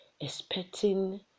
expecting